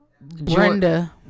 Brenda